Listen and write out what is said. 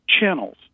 channels